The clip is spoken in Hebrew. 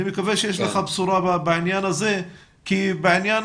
אני מקווה שיש לך בשורה בעניין הזה כי בעניין